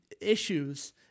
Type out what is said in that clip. issues